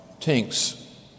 Tink's